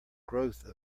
growth